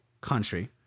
country